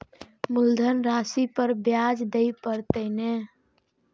मुलधन राशि पर ही नै ब्याज दै लै परतें ने?